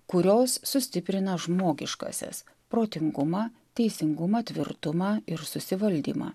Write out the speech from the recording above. kurios sustiprina žmogiškąsias protingumą teisingumą tvirtumą ir susivaldymą